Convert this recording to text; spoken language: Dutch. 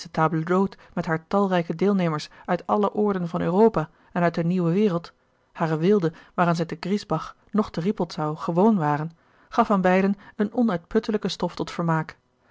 met hare talrijke deelnemers uit alle oorden van europa en uit de nieuwe wereld hare weelde waaraan zij te griesbach noch te rippoldsau gewoon waren gaf aan beiden een onuitputtelijke stof tot vermaak